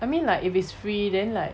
I mean like if it's free then like